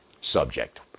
subject